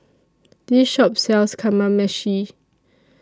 This Shop sells Kamameshi